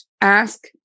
ask